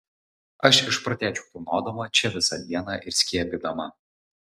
aš išprotėčiau tūnodama čia visą dieną ir skiepydama